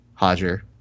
Hodger